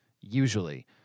usually